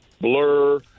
Blur